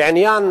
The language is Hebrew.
בעניין